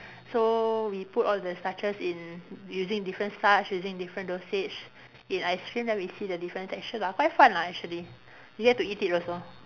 so we put all the starches in using difference starch using different dosage in ice cream then we see the different texture lah quite fun lah actually you get to eat it also